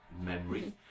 memory